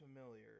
familiar